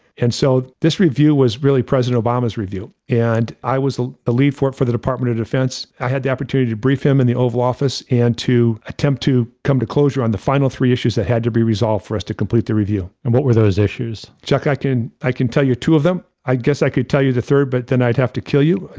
and so, this review was really president obama's review. and i was ah the lead for it the department of defense, i had the opportunity to brief him in the oval office and to attempt to come to closure on the final three issues that had to be resolved for us to complete the review. and what were those issues? chuck, i can i can tell you two of them, i guess i could tell you the third, but then i'd have to kill you,